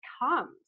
comes